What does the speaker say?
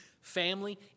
family